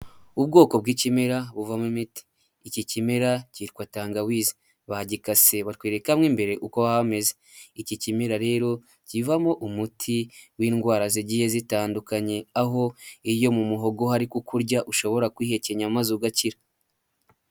Ubwoko bw'ikimera buvamo imiti, iki kimera cyitwa tangawizi, bagikase batwereka mo imbere uko haba hameze, iki kimera rero kivamo umuti w'indwara zigiye zitandukanye, aho iyo mu muhogo hari kurya ushobora kuyihekenya maze ugakira.